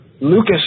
Lucas